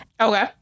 Okay